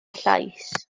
llais